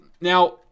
Now